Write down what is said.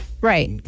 right